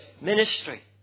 ministry